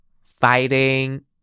fighting